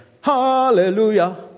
hallelujah